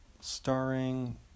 starring